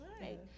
right